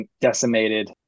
decimated